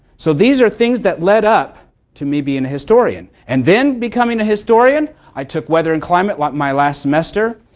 so, these are things that led up to me being and a historian. and then becoming a historian, i took weather and climate like my last semester,